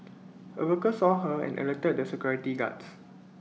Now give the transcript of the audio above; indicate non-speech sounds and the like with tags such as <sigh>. <noise> A worker saw her and alerted the security guards